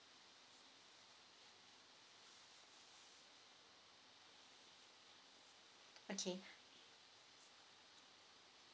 okay